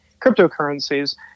cryptocurrencies